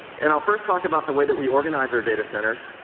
and first talk about the ways that we organize data centers,